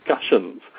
discussions